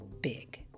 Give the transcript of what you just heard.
big